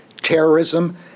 terrorism